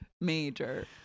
major